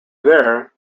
there